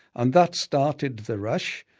and that started the rush.